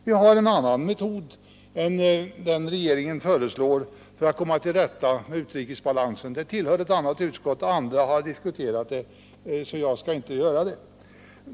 Vi föreslår en annan metod än regeringen för att komma till rätta med utrikeshandelsbalansen. Den frågan faller under ett annat utskott och andra har diskuterat den, så jag skall inte göra det.